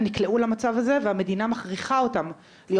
הם נקלעו למצב הזה והמדינה מכריחה אותם להיות